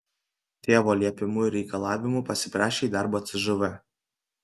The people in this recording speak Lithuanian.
tėvo liepimu ir reikalavimu pasiprašė į darbą cžv